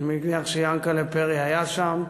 אני מניח שיענקל'ה פרי היה שם.